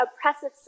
oppressive